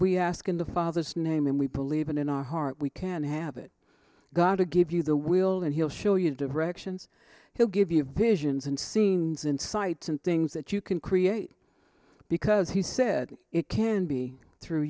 we ask in the father's name and we believe it in our heart we can have it god to give you the will and he'll show you the directions he'll give you visions and scenes insights and things that you can create because he said it can be through